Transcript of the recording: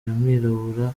w’umwirabura